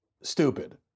stupid